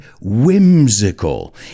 whimsical